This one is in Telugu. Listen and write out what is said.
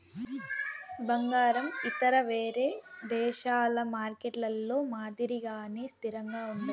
బంగారం ఇతర వేరే దేశాల మార్కెట్లలో మాదిరిగానే స్థిరంగా ఉండదు